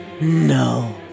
No